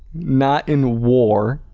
not in war